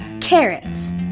carrots